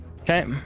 Okay